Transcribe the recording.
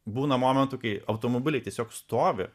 būna momentų kai automobiliai tiesiog stovi